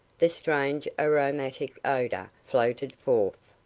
the strange aromatic odour floated forth.